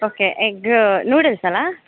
okay egg noodles ಅಲ್ವ